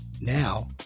Now